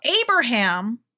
Abraham